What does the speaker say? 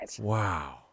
Wow